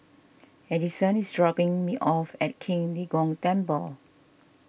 Addison is dropping me off at Qing De Gong Temple